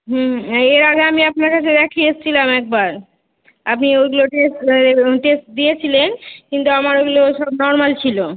হুম হ্যাঁ এর আগে আমি আপনার কাছে দেখিয়ে এসছিলাম একবার আপনি ওইগুলো টেস্ট আরে বলুন টেস্ট দিয়েছিলেন কিন্তু আমার ওগুলো সব নর্মাল ছিলো